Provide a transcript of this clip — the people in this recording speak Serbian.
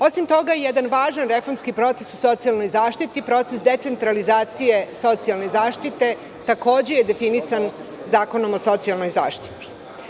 Osim toga, jedan važan reformski proces u socijalnoj zaštiti, proces decentralizacije socijalne zaštite, takođe je definisan Zakonom o socijalnoj zaštiti.